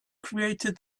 created